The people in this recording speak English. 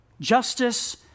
Justice